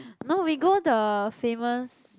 no we go the famous